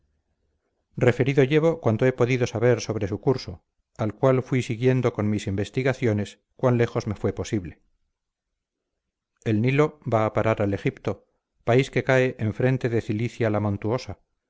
referido llevo cuanto he podido saber sobre su curso al cual fui siguiendo con mis investigaciones cuan lejos me fue posible el nilo va a parar al egipto país que cae enfrente de cilicia la montuosa